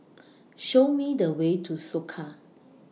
Show Me The Way to Soka